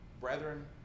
Brethren